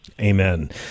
Amen